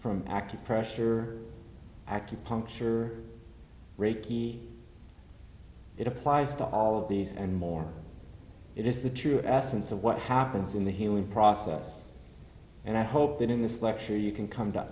from active pressure acupuncture reiki it applies to all of these and more it is the true essence of what happens in the healing process and i hope that in this lecture you can come to